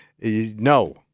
no